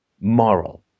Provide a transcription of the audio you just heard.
moral